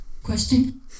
Question